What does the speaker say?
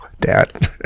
dad